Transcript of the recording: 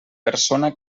persona